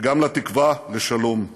וגם לתקווה לשלום.